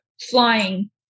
flying